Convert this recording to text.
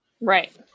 Right